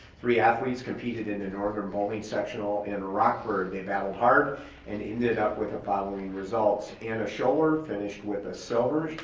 three athletes competed in the northern bowling sectional in rockford. they battle hard and ended up with the following results anna scholer finished with a silver,